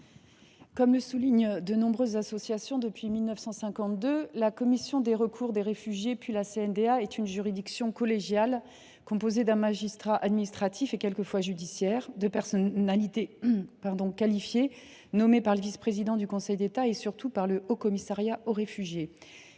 Comme le soulignent de nombreuses associations, depuis 1952, la Commission des recours des réfugiés, puis la CNDA, qui lui a succédé, est une juridiction collégiale composée d’un magistrat administratif et quelquefois d’un magistrat judiciaire, ainsi que de personnalités qualifiées nommées par le vice président du Conseil d’État et surtout par le Haut Commissariat aux réfugiés.